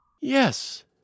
Yes